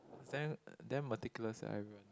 is damn damn meticulous eh I